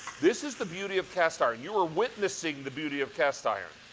this is the beauty of cast iron. you are witnessing the beauty of cast iron.